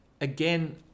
again